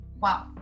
Wow